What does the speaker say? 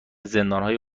زندانهای